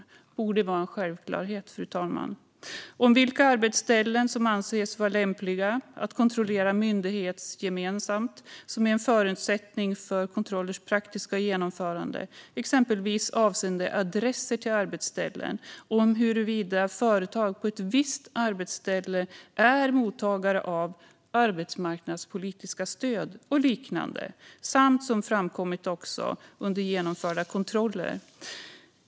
Detta borde vara en självklarhet, fru talman. Det gäller information om vilka arbetsställen som anses lämpliga att kontrollera myndighetsgemensamt, information som är en förutsättning för kontrollers praktiska genomförande, exempelvis avseende adresser till arbetsställen, information om huruvida företag på ett visst arbetsställe är mottagare av arbetsmarknadspolitiska stöd och liknande samt information som framkommit under genomförda kontroller.